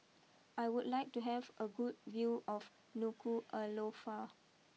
I would like to have a good view of Nuku Alofa